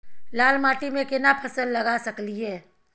लाल माटी में केना फसल लगा सकलिए?